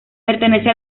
pertenece